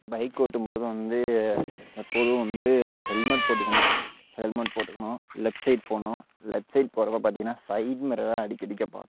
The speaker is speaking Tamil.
பைக் ஓட்டும்போது வந்து எப்போதும் வந்து ஹெல்மெட் போட்டுக்கணும் ஹெல்மெட் போட்டுக்கணும் லெப்ட் சைட் போகணும் லெப்ட் சைட் போகிறப்ப பார்த்திங்கன்னா சைட் மிரரை அடிக்கடிக்க பார்க்கணும்